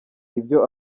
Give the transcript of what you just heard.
ibyo